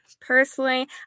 personally